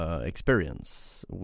experience